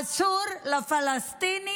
אסור לפלסטיני